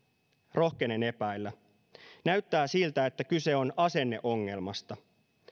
rohkenen epäillä näyttää siltä että kyse on asenneongelmasta